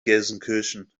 gelsenkirchen